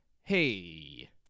hey